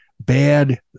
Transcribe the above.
bad